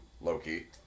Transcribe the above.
Loki